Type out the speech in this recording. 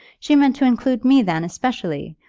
she meant to include me then especially,